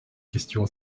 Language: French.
questions